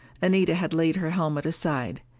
anita had laid her helmet aside.